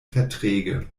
verträge